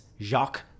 Jacques